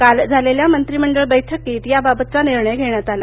काल झालेल्या मंत्रिमंडळ बैठकीत याबाबतचा निर्णय घेण्यात आला